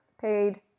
paid